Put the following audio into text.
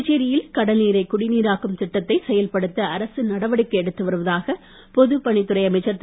புதுச்சேரியில் கடல்நீரை குடிநீராக்கும் திட்டத்தை செயல்படுத்த அரசு நடவடிக்கை எடுத்து வருவதாக பொதுப் பணித்துறை அமைச்சர் திரு